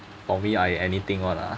for me I anything [one] ah